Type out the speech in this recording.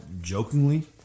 jokingly